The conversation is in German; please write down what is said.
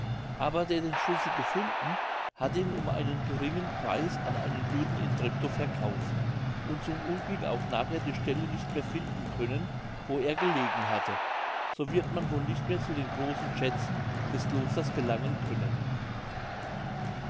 aber der den schlüssel gefunden hat ihn um einen geringen preis an einen juden in treptow verkauft und zum unglück auch nachher die stelle nicht wieder finden können wo er gelegen hatte so wird man wohl nicht mehr zu den großen schätzen des klosters gelangen können